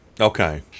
okay